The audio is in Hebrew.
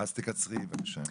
תקצרי בבקשה.